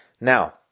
Now